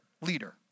leader